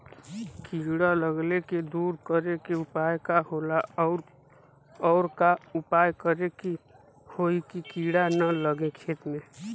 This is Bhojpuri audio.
कीड़ा लगले के दूर करे के उपाय का होला और और का उपाय करें कि होयी की कीड़ा न लगे खेत मे?